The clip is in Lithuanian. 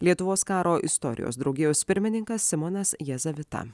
lietuvos karo istorijos draugijos pirmininkas simonas jazavita